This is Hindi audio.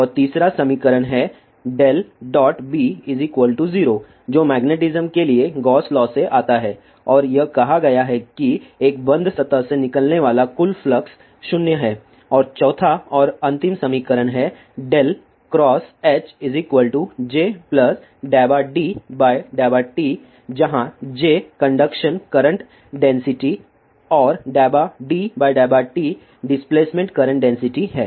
और तीसरा समीकरण है b 0 जो मैग्नेटिस्म के लिए गॉस लॉ से आता है और यह कहा गया है कि एक बंद सतह से निकलनेवाला कुल फ्लक्स 0 है और चौथा और अंतिम समीकरण है ×HJ∂D∂t जहां J कंडक्शन करंट डेंसिटी और ∂D∂t डिस्प्लेसमेंट करंट डेंसिटी है